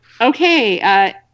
Okay